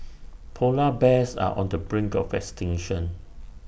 Polar Bears are on the brink of extinction